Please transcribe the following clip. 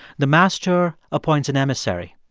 the master appoints an emissary.